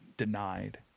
denied